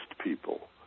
people